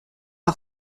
par